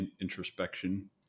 introspection